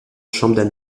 chambre